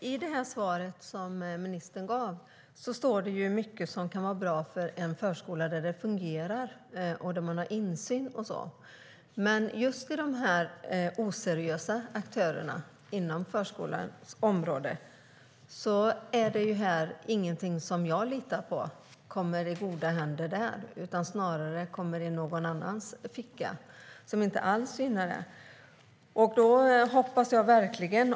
Herr talman! I ministerns svar står mycket som kan vara bra för en väl fungerande förskola där vi har insyn. Men när det gäller de oseriösa aktörerna på förskolans område litar jag inte på att det kommer i goda händer, utan det kommer snarare i fickan på någon som inte alls gynnar det.